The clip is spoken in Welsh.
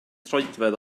troedfedd